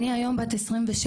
אני היום בת 27,